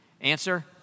answer